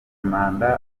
manda